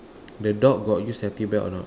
the dog got use safety belt or not